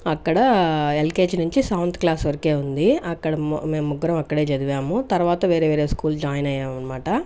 అక్కడ ఎల్కేజీ నుంచి seventh class వరకే ఉంది అక్కడ మేం ముగ్గరం అక్కడే చదివాము తర్వాత వేరే వేరే స్కూల్ జాయిన్ అయ్యాము అనమాట